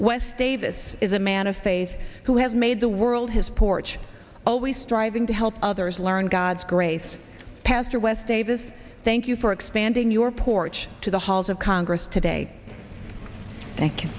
west davis is a man of faith who has made the world his porch always striving to help others learn god's grace pastor west davis thank you for expanding your porch to the halls of congress today thank you